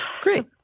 Great